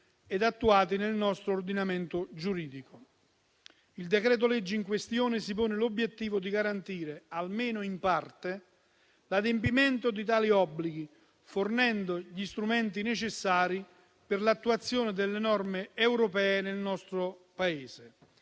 ed attuati nel nostro ordinamento giuridico. Il decreto-legge in questione si pone l'obiettivo di garantire almeno in parte l'adempimento di tali obblighi, fornendo gli strumenti necessari per l'attuazione delle norme europee nel nostro Paese.